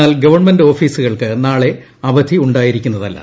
എന്നാൽ ഗവൺമെന്റ് ഓഫീസുകൾക്ക് നാളെ അവധി ഉണ്ടായിരിക്കുന്നതല്ല